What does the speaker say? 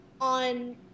on